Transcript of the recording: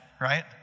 right